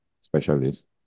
specialist